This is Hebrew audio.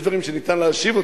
יש דברים שניתן להשיב אותם.